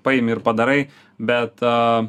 paimi ir padarai bet